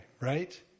right